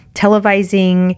televising